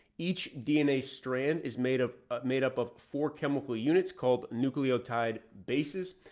each dna strand is made of ah made up of four chemical units called nucleotide basis.